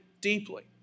deeply